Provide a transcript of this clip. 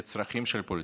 לצרכים של פוליטיקאים.